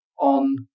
on